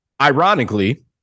ironically